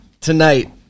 tonight